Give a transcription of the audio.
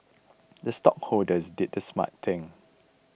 the stockholders did the smart thing